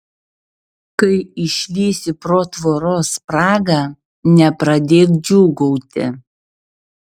kai išlįsi pro tvoros spragą nepradėk džiūgauti